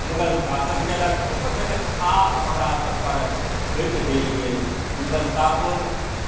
मुगल शासन केलक ओकर सबके छाप हमरा सबपर थोपि देल गेल विवशतापूर्ण